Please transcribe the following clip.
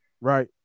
Right